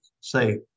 say